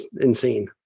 insane